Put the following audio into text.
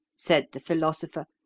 said the philosopher,